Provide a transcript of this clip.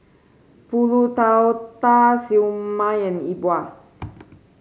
pulut tatal Siew Mai and Yi Bua